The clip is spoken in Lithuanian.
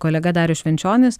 kolega darius švenčionis